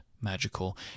magical